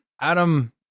Adam